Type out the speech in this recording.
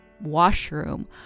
washroom